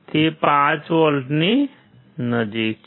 તે 5 વોલ્ટની નજીક છે